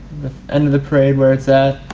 end of the parade where it's at.